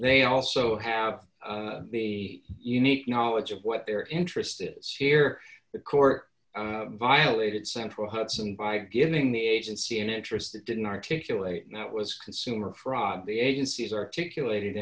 they also have the unique knowledge of what their interest is here the court violated central hudson by giving the agency an interest that didn't articulate and that was consumer fraud the agency's articulated